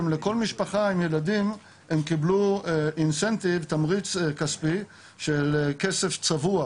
שלכל משפחה עם ילדים הם קיבלו תמריץ כספי של כסף צבוע,